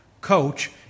coach